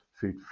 food